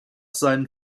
seinen